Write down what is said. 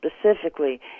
specifically